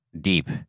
deep